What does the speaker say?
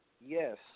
Yes